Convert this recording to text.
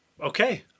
okay